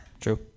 true